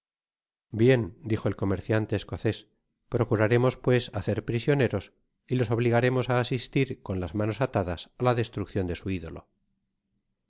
bien dijo el comerciante escocés procuraremos pues hacerlos prisioneros y los obligaremos á asistir con las manos atadas á la destruccion de su idolo